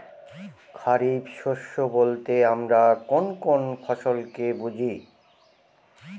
খরিফ শস্য বলতে আমরা কোন কোন ফসল কে বুঝি?